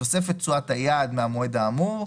בתוספת תשואת היעד מהמועד האמור,